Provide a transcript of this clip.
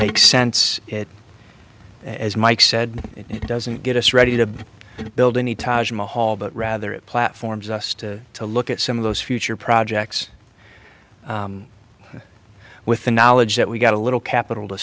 makes sense it as mike said it doesn't get us ready to build any taj mahal but rather it platforms us to to look at some of those future projects with the knowledge that we've got a little capital to